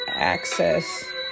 access